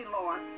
Lord